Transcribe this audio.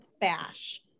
bash